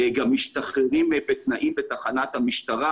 מרביתם גם משתחררים בתנאים בתחנת המשטרה